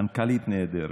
מנכ"לית נהדרת.